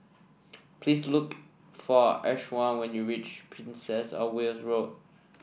please look for Ishaan when you reach Princess Of Wales Road